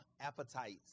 appetites